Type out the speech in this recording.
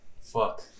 Fuck